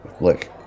Look